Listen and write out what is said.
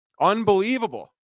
Unbelievable